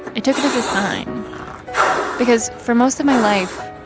and took it as a sign because for most of my life,